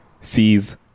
Sees